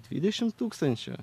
dvidešimt tūkstančių